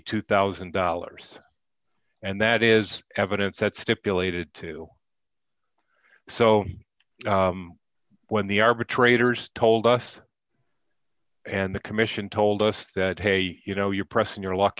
two thousand dollars and that is evidence that stipulated too so when the arbitrators told us and the commission told us that hey you know you're pressing your luck